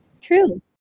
true